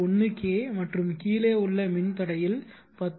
1 K மற்றும் கீழே உள்ள மின் தடையில் 10